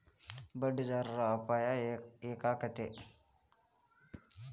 ಬಡ್ಡಿದರದ್ ಅಪಾಯ ಯಾಕಾಕ್ಕೇತಿ?